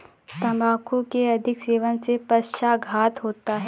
तंबाकू के अधिक सेवन से पक्षाघात होता है